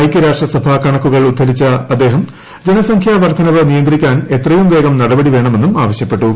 ഐകൃരാഷ്ട്രസഭാ കണക്കുകൾ ഉദ്ധരിച്ച അദ്ദേഹം ജനസംഖൃ വർദ്ധനവ് നിയന്ത്രിക്കാൻ എത്രയും വേഗം നടപടി വേണമെന്നും ആവശ്യപ്പെട്ടു